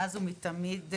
מאז ומתמיד,